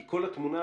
כי כל התמונה,